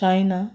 China